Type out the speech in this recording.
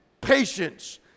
patience